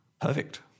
perfect